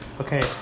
Okay